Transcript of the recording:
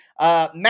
Matt